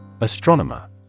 Astronomer